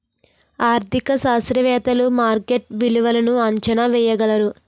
ఆర్థిక శాస్త్రవేత్తలు మార్కెట్ విలువలను అంచనా వేయగలరు